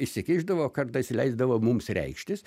įsikišdavo o kartais leisdavo mums reikštis